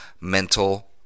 mental